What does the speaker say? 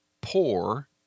poor